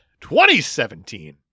2017